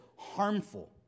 harmful